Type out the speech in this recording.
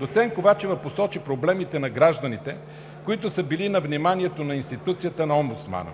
Доцент Ковачева посочи проблемите на гражданите, които са били на вниманието на институцията на омбудсмана.